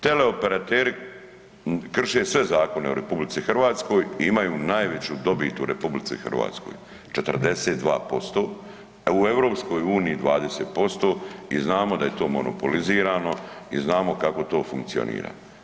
Teleoperateri krše sve zakone u RH i imaju najveću dobit u RH, 42%, a u EU 20% i znamo da je to monopolizirano i znamo kako to funkcionira.